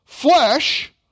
flesh